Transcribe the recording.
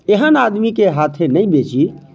एहन आदमीके हाथे नहि बेची